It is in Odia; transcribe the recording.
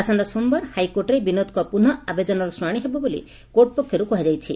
ଆସନ୍ତା ସୋମବାର ହାଇକୋର୍ଟରେ ବିନୋଦଙ୍କ ପୁନଃ ଆବେଦନର ଶୁଶାଶି ହେବ ବୋଲି କୋର୍ଟ ପକ୍ଷରୁ କୁହାଯାଇଛି